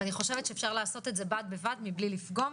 ואני חושבת שאפשר לעשות את זה בד בבד בלי לפגום.